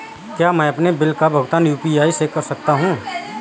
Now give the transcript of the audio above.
क्या मैं अपने बिल का भुगतान यू.पी.आई से कर सकता हूँ?